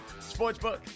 sportsbook